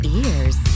ears